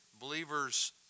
believers